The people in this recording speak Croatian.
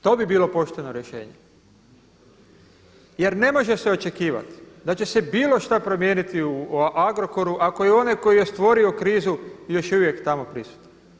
To bi bilo pošteno rješenje, jer ne može se očekivati da će se bilo šta promijeniti u Agrokoru ako je onaj koji je stvorio krizu još uvijek tamo prisutan.